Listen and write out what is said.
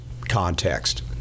context